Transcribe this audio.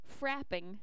frapping